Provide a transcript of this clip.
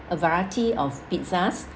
a variety of pizzas